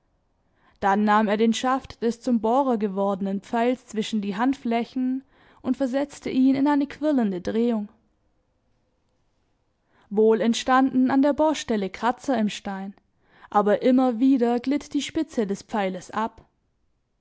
dann nahm er den schaft des zum bohrer gewordenen pfeils zwischen die handflächen und versetzte ihn in eine quirlende drehung wohl entstanden an der bohrstelle kratzer im stein aber immer wieder glitt die spitze des pfeiles ab